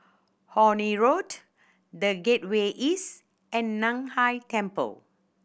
Horne Road The Gateway East and Nan Hai Temple